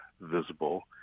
visible